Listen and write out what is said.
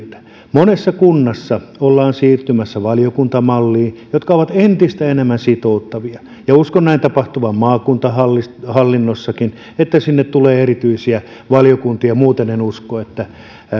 monessa kunnassa ollaan siirtymässä valiokuntamalliin joka on entistä enemmän sitouttava ja ja uskon tapahtuvan maakuntahallinnossakin niin että sinne tulee erityisiä valiokuntia en usko että